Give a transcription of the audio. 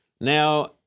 Now